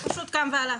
הוא פשוט קם והלך.